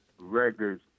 Records